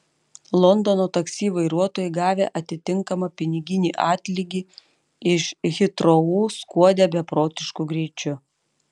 londono taksi vairuotojai gavę atitinkamą piniginį atlygį iš hitrou skuodė beprotišku greičiu